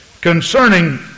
concerning